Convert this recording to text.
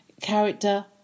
character